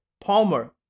Palmer